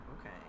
okay